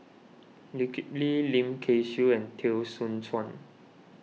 Lee Kip Lee Lim Kay Siu and Teo Soon Chuan